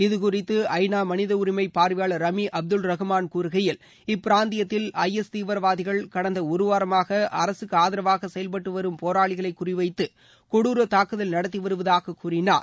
இதுகுறித்து ஐநா மனித உரிமை பார்வையாளர் ரமி அப்துல் ரஹ்மான் கூறுகையில் இப்பிராந்தியத்தில் ஐஎஸ் தீவிரவாதிகள் கடந்த ஒருவாரமாக அரசுக்கு ஆதரவாக செயல்பட்டு வரும் போராளிகளை குறிவைத்து கொடூர தாக்குதல் நடத்தி வருவதாகக் கூறினார்